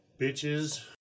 bitches